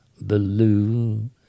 blue